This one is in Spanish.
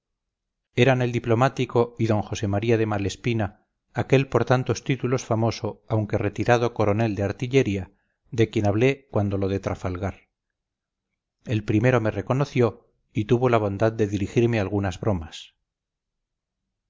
eran el diplomático y d josé maría de malespina aquel por tantos títulos famoso aunque retirado coronel de artillería de quien hablé cuando lo de trafalgar el primero me reconoció y tuvo la bondad de dirigirme algunas bromas